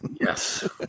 Yes